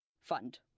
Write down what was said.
fund